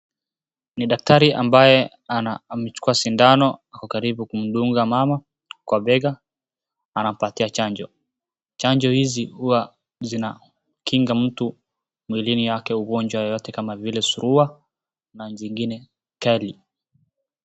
Ni daktari ambaye amechukua sindano ako karibu kumdunga mama kwa bega anampayia chanjo, chanjo hizi hukinga mtu mwilini yake kutokana na ugonjwa kama surua na zingine tele.